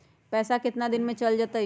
पैसा कितना दिन में चल जतई?